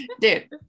Dude